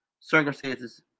circumstances